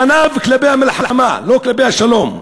פניו כלפי המלחמה ולא כלפי השלום.